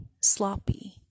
sloppy